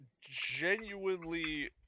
genuinely